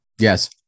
Yes